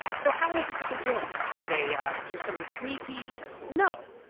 so, how is it that they're doing that? did they ah do something sneaky? no.